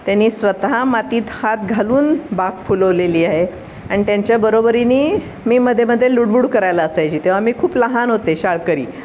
त्यांनी स्वतः मातीत हात घालून बाग फुलवलेली आहे आणि त्यांच्या बरोबरीने मी मधेमधे लुडबुड करायला असायची तेव्हा मी खूप लहान होते शाळकरी